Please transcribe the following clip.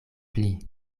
pli